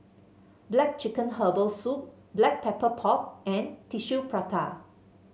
black chicken Herbal Soup Black Pepper Pork and Tissue Prata